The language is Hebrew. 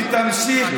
ונישאר פה,